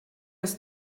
ist